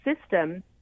system